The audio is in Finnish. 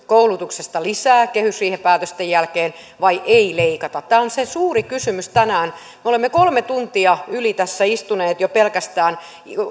koulutuksesta lisää kehysriihen päätösten jälkeen vai eikö leikata tämä on se suuri kysymys tänään me olemme yli kolme tuntia tässä istuneet jo